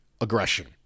aggression